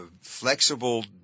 flexible